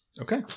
Okay